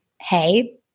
hey